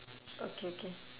okay okay